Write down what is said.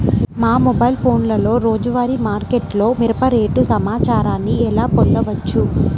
మా మొబైల్ ఫోన్లలో రోజువారీ మార్కెట్లో మిరప రేటు సమాచారాన్ని ఎలా పొందవచ్చు?